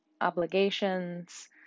obligations